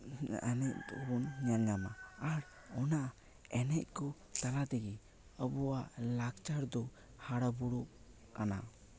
ᱮᱱᱮᱡ ᱠᱚᱵᱚᱱ ᱧᱮᱞ ᱧᱟᱢᱟ ᱟᱨ ᱚᱱᱟ ᱮᱱᱮᱡ ᱠᱚ ᱛᱟᱞᱟ ᱛᱮᱜᱮ ᱟᱵᱚᱣᱟᱜ ᱞᱟᱠᱪᱟᱨ ᱫᱚ ᱦᱟᱨᱟ ᱵᱩᱨᱩᱜ ᱠᱟᱱᱟ